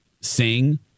sing